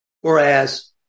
whereas